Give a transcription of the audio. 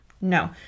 No